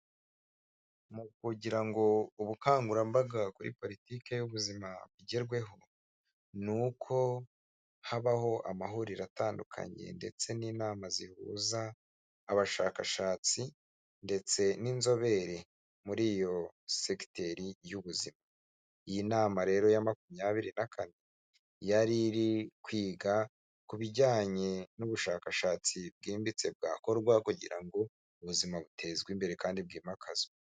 Mu kugira ngo ubukangurambaga kuri politiki y'ubuzima bugerweho ni uko habaho amahuriro atandukanye ndetse n'inama zihuza abashakashatsi ndetse n'inzobere muri iyo segiteri y'ubuzima, iyi nama rero ya makumyabiri na kane yari iri kwiga ku bijyanye n'ubushakashatsi bwimbitse bwakorwa kugira ngo ubuzima butezwe imbere kandi bwimakazwe.